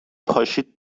پاشید